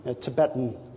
Tibetan